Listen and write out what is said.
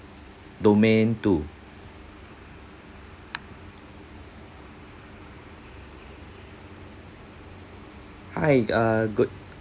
domain two hi uh good